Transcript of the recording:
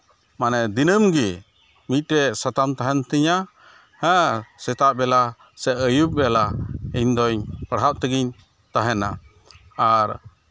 ᱢᱟᱱᱮ ᱫᱤᱱᱟᱹᱢ ᱜᱮ ᱢᱤᱫᱴᱮᱡ ᱥᱟᱛᱟᱢ ᱛᱟᱦᱮᱱ ᱛᱤᱧᱟᱹ ᱦᱮᱸ ᱥᱮᱛᱟᱜ ᱵᱮᱞᱟ ᱥᱮ ᱟᱹᱭᱩᱵ ᱵᱮᱞᱟ ᱤᱧᱫᱩᱧ ᱯᱟᱲᱦᱟᱜ ᱛᱮᱜᱤᱧ ᱛᱟᱦᱮᱱᱟ ᱟᱨ